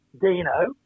Dino